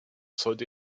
sollte